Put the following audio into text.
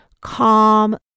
calm